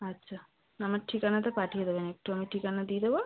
আচ্ছা আমার ঠিকানাটা পাঠিয়ে দেবো আমি একটু আমার ঠিকানা দিয়ে দেবো